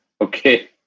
Okay